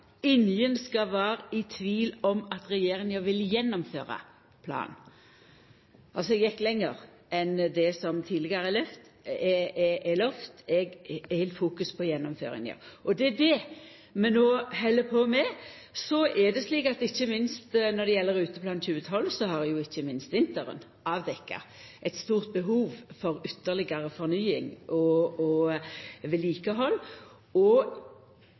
skal vera i tvil om at regjeringa vil gjennomføra planen». Eg gjekk altså lenger enn det som tidlegare er lovt. Eg held fokuset på gjennomføringa. Det er det vi no held på med. Når det gjeld Ruteplan 2012, har ikkje minst vinteren avdekt eit stort behov for ytterlegare fornying og vedlikehald.